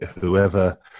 whoever